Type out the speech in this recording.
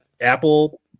Apple